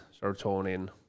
serotonin